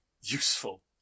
useful